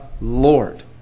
Lord